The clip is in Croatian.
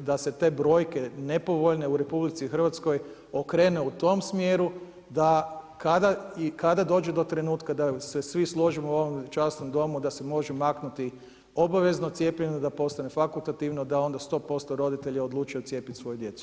da se te brojke nepovoljne u Republici Hrvatskoj okrenu u tom smjeru da kada dođe do trenutka da se svi složimo u ovom časnom domu da se može maknuti obavezno cijepljenje da postane fakultativno da onda 100% roditelja odluče cijepiti svoju djecu.